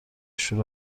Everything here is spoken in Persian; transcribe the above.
شور